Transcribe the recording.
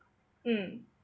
mm